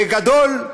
בגדול,